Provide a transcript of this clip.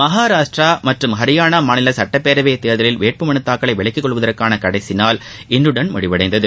மகாராஷ்டிரா மற்றும் ஹரியானா மாநில சுட்டப் பேரவை தேர்தலில் வேட்புமனு தாக்கலை விலக்கிக் கொள்வதற்கான கடைசி நாள் இன்றுடன் முடிவடைந்தது